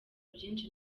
byinshi